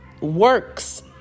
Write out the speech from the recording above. works